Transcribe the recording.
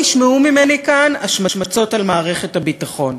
לא תשמעו ממני כאן השמצות על מערכת הביטחון,